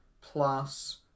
plus